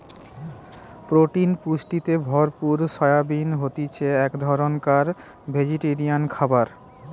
protein পুষ্টিতে ভরপুর soybean হতিছে এক ধরণকার ভেজিটেরিয়ান খাবার